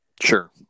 Sure